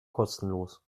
kostenlos